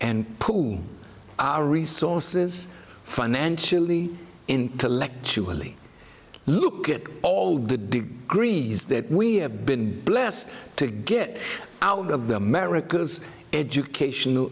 and pool our resources financially intellectually look at all the griese that we have been blessed to get out of the america's educational